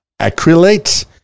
acrylate